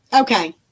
Okay